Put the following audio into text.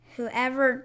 Whoever